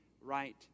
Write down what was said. right